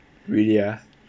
really ah